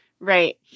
Right